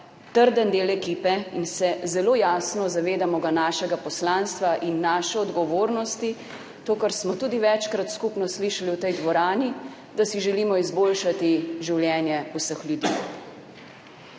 trden del ekipe in se zelo jasno zavedamo našega poslanstva in naše odgovornosti, to kar smo tudi večkrat skupno slišali v tej dvorani, da si želimo izboljšati življenje vseh ljudi.